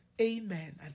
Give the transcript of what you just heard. amen